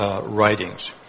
writings